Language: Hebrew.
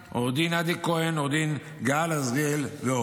עו"ד עדי כהן, עו"ד גאל עזריאל ועוד,